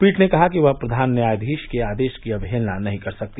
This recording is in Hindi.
पीठ ने कहा कि वह प्रधान न्यायाधीश के आदेश की अवहेलना नहीं कर सकती